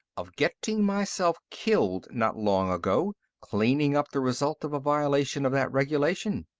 of getting myself killed, not long ago, cleaning up the result of a violation of that regulation.